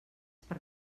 per